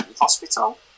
Hospital